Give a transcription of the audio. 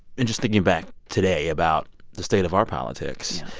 and just thinking back today about the state of our politics